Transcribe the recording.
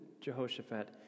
Jehoshaphat